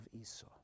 Esau